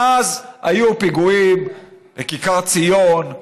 מאז היו פיגועים בכיכר ציון,